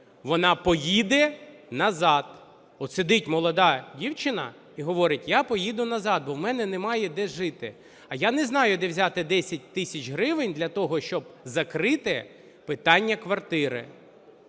вона поїде назад. От сидить молода дівчина і говорить: я поїду назад, бо в мене немає де жити, а я не знаю, де взяти 10 тисяч гривень для того, щоб закрити питання квартири.